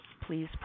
please